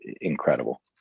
incredible